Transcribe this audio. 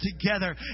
together